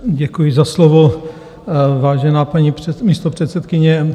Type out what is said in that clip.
Děkuji za slovo, vážená paní místopředsedkyně.